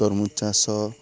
ଚାଷ